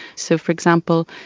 so, for example,